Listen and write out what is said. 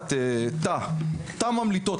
לקחת תא ממליטות,